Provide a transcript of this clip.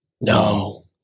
No